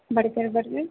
burger burger